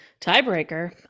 Tiebreaker